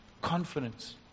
Confidence